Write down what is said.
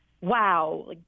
wow